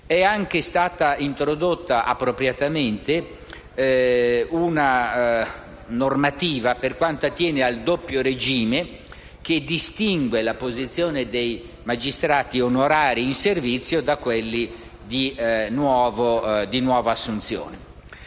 È anche stata appropriatamente introdotta una normativa che attiene al doppio regime che distingue la posizione dei magistrati onorari in servizio da quelli di nuova assunzione.